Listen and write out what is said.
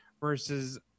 versus